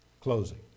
closing